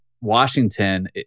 Washington